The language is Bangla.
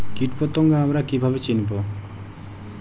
কীটপতঙ্গ আমরা কীভাবে চিনব?